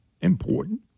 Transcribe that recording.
important